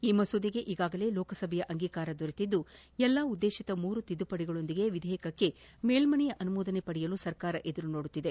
ಈ ಮಸೂದೆಗೆ ಈಗಾಗಲೇ ಲೋಕಸಭೆಯ ಅಂಗೀಕಾರ ದೊರೆತಿದ್ದು ಎಲ್ಲ ಉದ್ದೇಶಿತ ಮೂರು ತಿದ್ದುಪಡಿಗಳೊಂದಿಗೆ ವಿಧೇಯಕಕ್ಕೆ ಮೇಲ್ಮನೆಯ ಅನುಮೋದನೆ ಪಡೆಯಲು ಸರ್ಕಾರ ಎದುರು ನೋಡುತ್ತಿದೆ